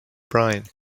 brian